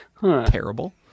terrible